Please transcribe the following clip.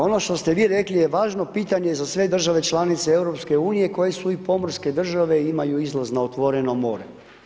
Ono što ste vi rekli je važno pitanje za sve države članice EU koje su i pomorske države i imaju otvoreni izlaz na otvoreno more.